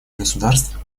государства